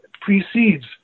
precedes